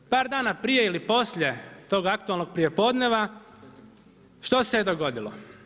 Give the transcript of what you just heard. Par dana prije ili poslije tog Aktualnog prijepodneva što se dogodilo?